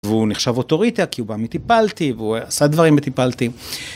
והוא נחשב אוטוריטה כי הוא בא מ"טיפלתי" והוא עשה דברים ב"טיפלתי".